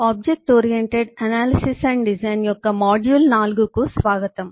object oriented analysis and design యొక్క module 4 కు స్వాగతం